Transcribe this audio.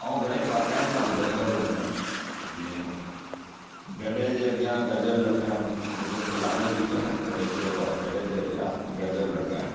ऐं घणेई पहाका आहिनि मां ॿुधाईंदो थो वञा जीअं गॾे जे अॻिया गज़ल लटकणु जेके लालच डिॿी आहे न त इहो चइबो आहे गॾे जे अॻिया गज़ल लटकाइणु